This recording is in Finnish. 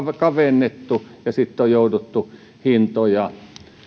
kavennettu ja sitten on on jouduttu hintoja